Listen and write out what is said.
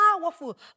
powerful